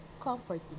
comforting